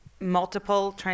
multiple